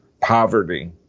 poverty